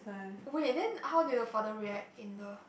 wait then how did your father react in the